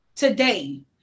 today